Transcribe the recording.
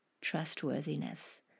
trustworthiness